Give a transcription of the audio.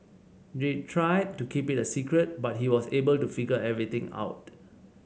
they tried to keep it a secret but he was able to figure everything out